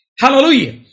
Hallelujah